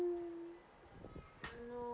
know